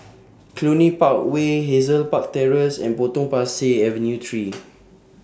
Cluny Park Way Hazel Park Terrace and Potong Pasir Avenue three